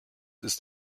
ist